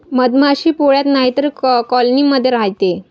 मधमाशी पोळ्यात नाहीतर कॉलोनी मध्ये राहते